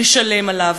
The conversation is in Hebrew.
נשלם עליה.